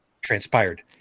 Transpired